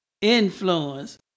influence